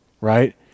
right